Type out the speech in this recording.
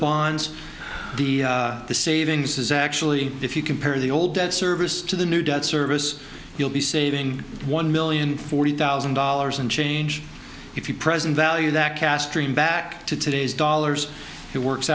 bonds the savings is actually if you compare the old debt service to the new debt service you'll be saving one million forty thousand dollars and change if you present value that castree back to today's dollars it works